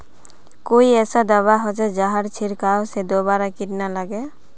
कोई ऐसा दवा होचे जहार छीरकाओ से दोबारा किट ना लगे?